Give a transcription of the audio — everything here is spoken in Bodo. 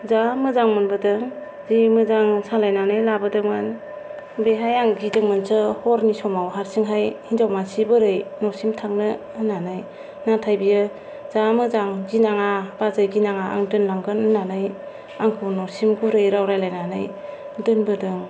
जा मोजां मोनबोदों जि मोजां सालायनानै लाबोदोमोन बेहाय आं गिदोंमोनसो हरनि समाव हारसिंहाय हिनजाव मानसि बोरै नसिम थांनो होन्नानै नाथाय बियो जा मोजां गिनाङा बाजै गिनाङा आं दोनलांगोन होन्नानै आंखौ नसिम गुरै राव रायलायनानै दोनबोदों